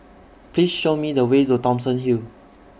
Please Show Me The Way to Thomson Hill